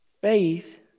faith